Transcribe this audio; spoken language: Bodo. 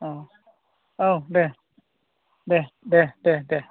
अ औ दे दे दे दे दे